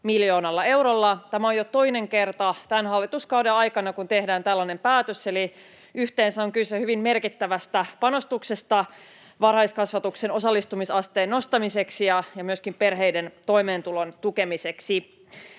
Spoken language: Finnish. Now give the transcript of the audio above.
miljoonalla eurolla. Tämä on jo toinen kerta tämän hallituskauden aikana, kun tehdään tällainen päätös, eli yhteensä on kyse hyvin merkittävästä panostuksesta varhaiskasvatuksen osallistumisasteen nostamiseksi ja myöskin perheiden toimeentulon tukemiseksi.